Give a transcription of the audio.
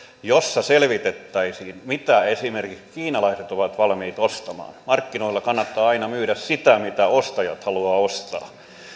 jossa selvitettäisiin mitä esimerkiksi kiinalaiset ovat valmiit ostamaan markkinoilla kannattaa aina myydä sitä mitä ostajat haluavat ostaa